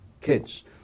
kids